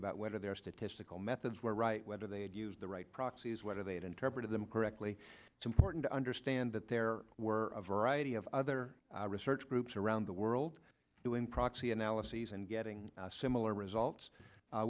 about whether their statistical methods were right whether they had used the right proxies whether they had interpreted them correctly it's important to understand that there were a variety of other research groups around the world doing proxy analyses and getting similar results